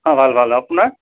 অঁ ভাল ভাল আপোনাৰ